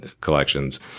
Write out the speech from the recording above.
collections